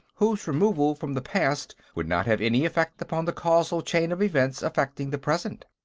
whose removal from the past would not have any effect upon the casual chain of events affecting the present.